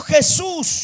Jesús